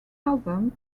album